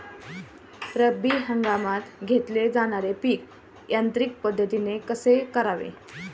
रब्बी हंगामात घेतले जाणारे पीक यांत्रिक पद्धतीने कसे करावे?